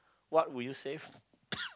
what would you save